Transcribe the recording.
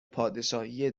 پادشاهی